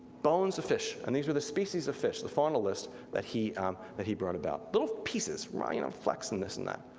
bones of fish. and these were the species of fish, the fauna list that he that he brought about. little pieces, rhino flex and this and that.